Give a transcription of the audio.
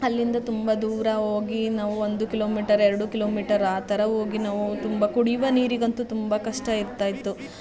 ಅಲ್ಲಿಂದ ತುಂಬ ದೂರ ಹೋಗಿ ನಾವು ಒಂದು ಕಿಲೋಮೀಟರ್ ಎರಡು ಕಿಲೋಮೀಟರ್ ಆ ಥರ ಹೋಗಿ ನಾವು ತುಂಬ ಕುಡಿಯುವ ನೀರಿಗಂತೂ ತುಂಬ ಕಷ್ಟ ಇರ್ತಾಯಿತ್ತು